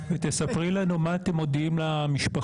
תספרי לנו בוועדה מה אתם מודיעים למשפחה?